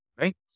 Right